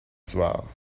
soir